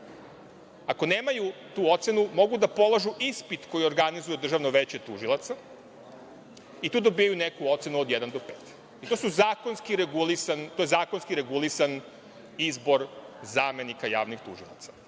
Ako nemaju tu ocenu mogu da polažu ispit koji organizuje Državno veće tužilaca i tu dobijaju neku ocenu od jedan do pet. To je zakonski regulisan izbor zamenika javnih tužilaca.